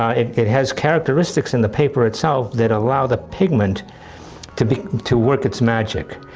ah it it has characteristics in the paper itself that allow the pigment to to work its magic.